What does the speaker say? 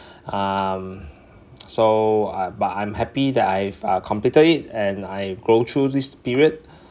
um so uh but I'm happy that I've completed it and I go through this period